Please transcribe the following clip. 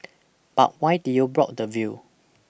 but why did you block the view